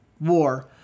war